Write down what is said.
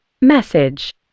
message